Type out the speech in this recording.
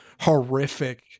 horrific